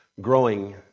Growing